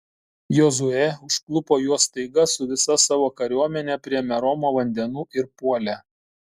jozuė užklupo juos staiga su visa savo kariuomene prie meromo vandenų ir puolė